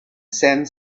send